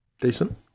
decent